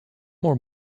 more